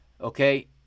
Okay